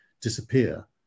disappear